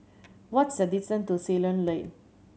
what is the distance to Ceylon Lane